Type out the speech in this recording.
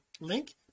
link